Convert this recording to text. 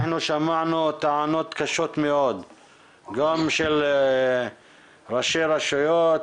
אנחנו שמענו טענות קשות מאוד גם של ראשי רשויות,